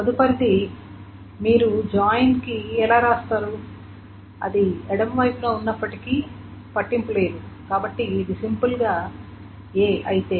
తదుపరిది మీరు జాయిన్ కి ఎలా వ్రాస్తారు అది ఎడమ వైపున ఉన్నప్పటికీ అది పట్టింపు లేదు కాబట్టి ఇది సింపుల్ గా ఏ అంతే